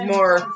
More